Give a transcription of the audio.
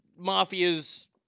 Mafia's